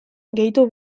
gehitu